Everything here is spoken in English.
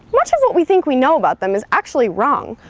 much of what we think we know about them is actually wrong.